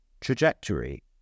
trajectory